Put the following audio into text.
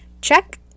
check